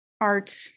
art